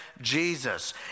Jesus